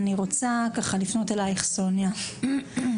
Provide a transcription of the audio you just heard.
אני רוצה לפנות אל סוניה פרץ.